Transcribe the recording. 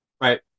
Right